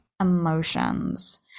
emotions